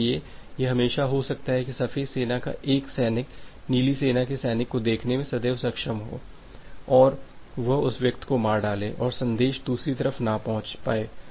इसलिए यह हमेशा हो सकता है कि सफ़ेद सेना का एक सैनिक नीली सेना के सैनिक को देखने में सदैव सक्षम हो और वह उस व्यक्ति को मार डाले और संदेश दूसरे तरफ न पहुंच पाए